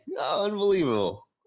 unbelievable